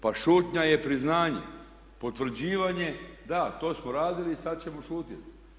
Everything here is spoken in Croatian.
Pa šutnja je priznanje, potvrđivanje da to smo radili i sada ćemo šutjeti.